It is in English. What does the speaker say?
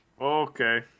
Okay